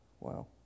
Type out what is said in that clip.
Wow